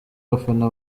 abafana